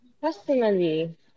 Personally